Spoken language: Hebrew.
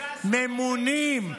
ממונים.